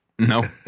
No